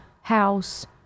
House